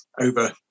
over